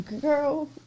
Girl